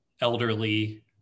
elderly